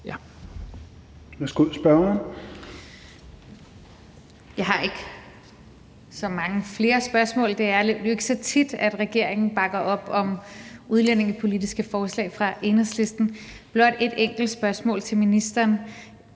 Jeg har ikke så mange flere spørgsmål. Det er jo ikke så tit, at regeringen bakker op om udlændingepolitiske forslag fra Enhedslisten. Jeg har blot et enkelt spørgsmål til ministeren.